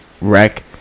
wreck